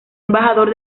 embajador